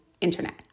internet